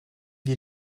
wir